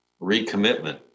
recommitment